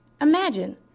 Imagine